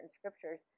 scriptures